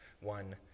one